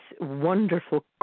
wonderful